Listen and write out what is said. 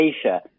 Asia